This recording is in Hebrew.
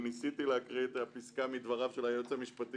ניסיתי להקריא את הפסקה מדבריו של היועץ המשפטי